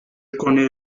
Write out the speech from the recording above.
connais